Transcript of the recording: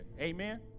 Amen